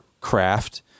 craft